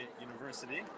University